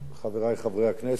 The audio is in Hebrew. חברי חברי הכנסת,